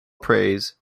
praise